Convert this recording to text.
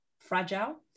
fragile